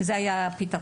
זה היה הפתרון.